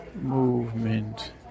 movement